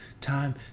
Time